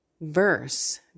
verse